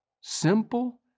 Simple